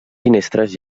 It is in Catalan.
finestres